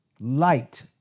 Light